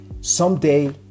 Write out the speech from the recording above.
someday